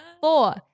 Four